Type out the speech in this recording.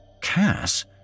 Cass